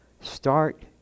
start